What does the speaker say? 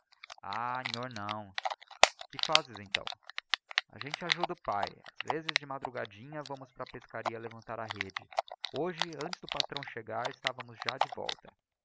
ah nhor não que fazes então a gente ajuda o pae asaezes de madrugadinha vamos para a pescaria levantar a rede hoje antes do patrão chegar estávamos já de volta